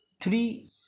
three